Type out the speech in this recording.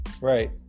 Right